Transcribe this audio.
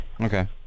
Okay